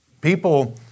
People